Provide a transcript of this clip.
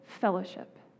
fellowship